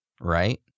right